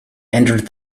entered